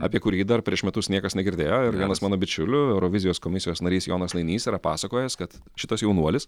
apie kurį dar prieš metus niekas negirdėjo ir vienas mano bičiulių eurovizijos komisijos narys jonas nainys yra pasakojęs kad šitas jaunuolis